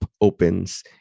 opens